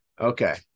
Okay